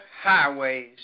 highways